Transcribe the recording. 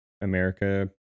America